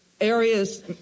areas